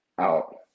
out